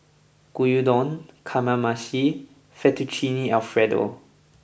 Gyudon Kamameshi Fettuccine Alfredo